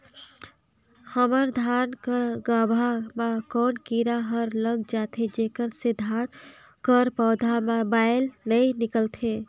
हमर धान कर गाभा म कौन कीरा हर लग जाथे जेकर से धान कर पौधा म बाएल नइ निकलथे?